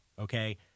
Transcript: okay